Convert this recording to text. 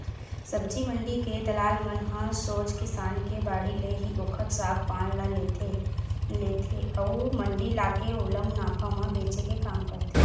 सब्जी मंडी के दलाल मन ह सोझ किसान के बाड़ी ले ही ओखर साग पान ल ले लेथे अउ मंडी लाके ओला मुनाफा म बेंचे के काम करथे